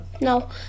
No